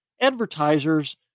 advertisers